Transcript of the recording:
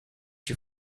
you